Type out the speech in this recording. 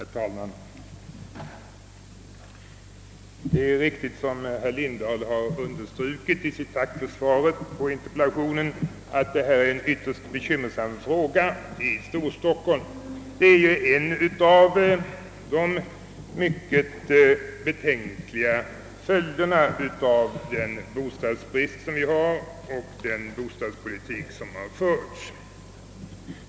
Herr talman! Det är riktigt, som herr Lindahl har understrukit i sitt tack för svaret på interpellationen, att detta är en ytterst bekymmersam fråga i Storstockholm. Det är ju en av de mycket betänkliga följderna av den bostadsbrist som vi har och den bostadspolitik som har förts.